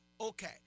Okay